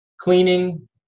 cleaning